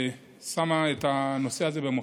שמה את הנושא הזה במוקד.